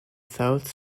south